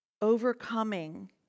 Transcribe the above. overcoming